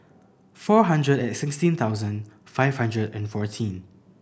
four hundred and sixteen thousand five hundred and fourteen